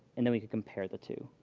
and then we could compare the two.